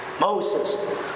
moses